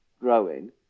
growing